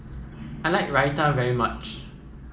I like Raita very much